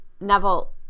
Neville